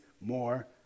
more